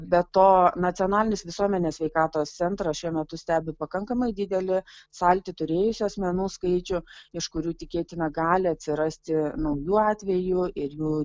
be to nacionalinis visuomenės sveikatos centras šiuo metu stebi pakankamai didelį sąlytį turėjusių asmenų skaičių iš kurių tikėtina gali atsirasti naujų atvejų ir jų